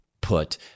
put